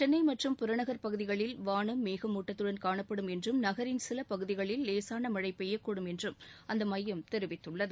சென்னை மற்றும் புறநகர் பகுதிகளில் வானம் மேகமூட்டத்துடன் காணப்படும் என்றும் நகரின் சில பகுதிகளில் லேசான மழை பெய்யக்கூடும் என்றும் அந்த மையம் தெரிவித்துள்ளது